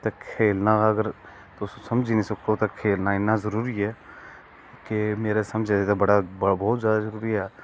खेलना अगर तुस समझी नेईं सको ते खेलना इन्ना जरुरी ऐ के मेरा समझा ते बड़ा बहुत ज्यादा जरुरी ऐ